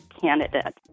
candidate